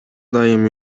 дайым